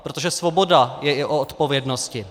Protože svoboda je i o odpovědnosti.